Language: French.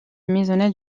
maisonnette